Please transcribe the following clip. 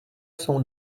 jsou